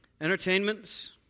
Entertainments